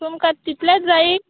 तुमकां तितलेंत जायी